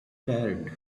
scattered